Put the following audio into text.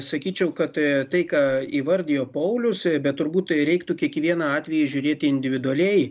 sakyčiau kad tai ką įvardijo paulius bet turbūt tai reiktų kiekvieną atvejį žiūrėti individualiai